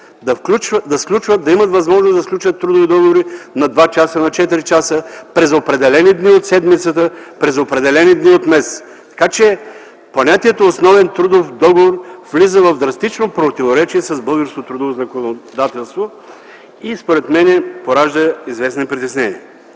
да имат възможност да сключват трудови договори на два часа, на четири часа, през определени дни от седмицата, през определени дни от месеца, така че понятието „основен трудов договор” влиза в драстично противоречие с българското трудово законодателство и според мен поражда известни притеснения.